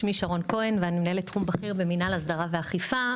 שמי שרון כהן ואני מנהלת תחום בכיר במנהל הסדרה ואכיפה.